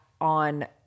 on